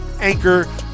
anchor